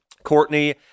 Courtney